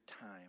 time